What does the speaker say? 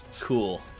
Cool